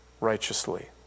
righteously